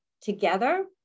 together